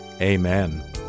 Amen